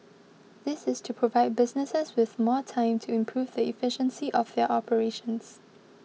this is to provide businesses with more time to improve the efficiency of their operations